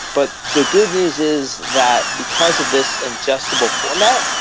but the good news is that because of this ingestible format,